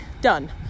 done